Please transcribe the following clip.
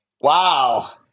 Wow